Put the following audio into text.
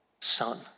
Son